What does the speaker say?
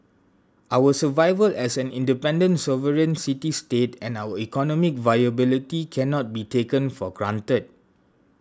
our survival as an independent sovereign city state and our economic viability cannot be taken for granted